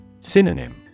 Synonym